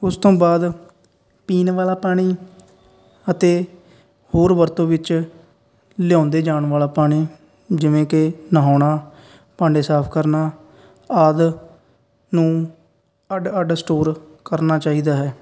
ਉਸ ਤੋਂ ਬਾਅਦ ਪੀਣ ਵਾਲਾ ਪਾਣੀ ਅਤੇ ਹੋਰ ਵਰਤੋਂ ਵਿੱਚ ਲਿਆਉਂਦੇ ਜਾਣ ਵਾਲਾ ਪਾਣੀ ਜਿਵੇਂ ਕਿ ਨਹਾਉਣਾ ਭਾਂਡੇ ਸਾਫ ਕਰਨਾ ਆਦਿ ਨੂੰ ਅੱਡ ਅੱਡ ਸਟੋਰ ਕਰਨਾ ਚਾਹੀਦਾ ਹੈ